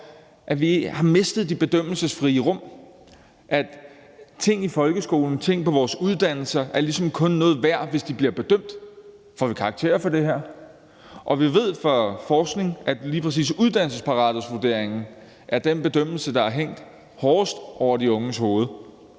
at vi har mistet de bedømmelsefrie rum; at ting i folkeskolen, ting på vores uddannelser ligesom kun er noget værd, hvis de bliver bedømt, og hvis man får karakterer for dem. Og vi ved fra forskning, at lige præcis uddannelsesparathedsvurderingen er den bedømmelse, der har hængt tungest over de unges hoveder.